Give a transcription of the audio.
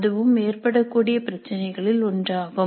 அதுவும் ஏற்படக்கூடிய பிரச்சினைகளில் ஒன்றாகும்